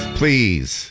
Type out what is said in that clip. please